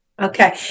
Okay